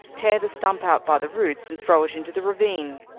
tear the stump out by the roots, and throw it into the ravine.